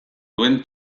duen